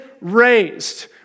raised